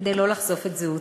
כדי לא לחשוף את זהותו.